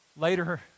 later